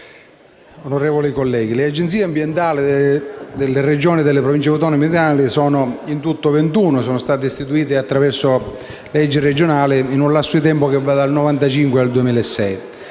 onorevoli colleghi, le Agenzie ambientali delle Regioni e delle Province autonome in Italia sono in tutto ventuno e sono state istituite attraverso leggi regionali, in un lasso di tempo cha va dal 1995 al 2006.